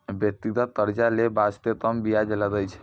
व्यक्तिगत कर्जा लै बासते कम बियाज लागै छै